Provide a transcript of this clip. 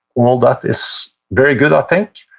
all that is very good i think,